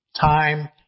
Time